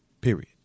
Period